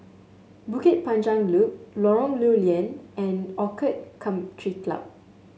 Bukit Panjang Loop Lorong Lew Lian and Orchid Country Club